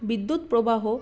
বিদ্যুৎ প্রবাহ